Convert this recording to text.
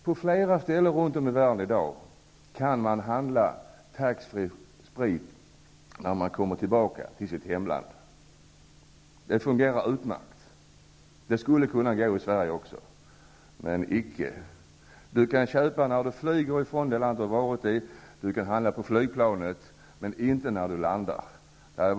På flera ställen runt om i världen kan man i dag handla taxfree sprit när man kommer tillbaka till hemlandet, och det fungerar utmärkt. Det skulle kunna gå i Sverige också, men icke. Man kan köpa sprit på flygplanet från ett annat land, men inte när man har landat.